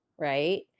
right